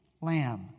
lamb